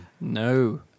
No